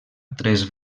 tres